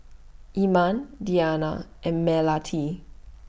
Iman Diyana and Melati